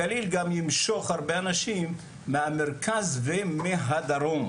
הגליל גם ימשוך גם הרבה אנשים מהמרכז ומהדרום,